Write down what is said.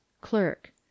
Clerk